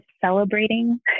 celebrating